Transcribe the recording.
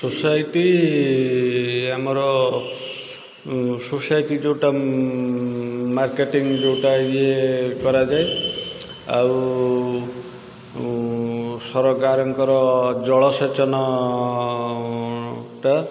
society ଆମର society ଯେଉଁଟା marketing ଯେଉଁଟା ଇଏ କରାଯାଏ ଆଉ ସରକାରଙ୍କର ଜଳସେଚନଟା